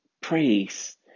praise